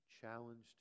challenged